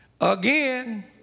Again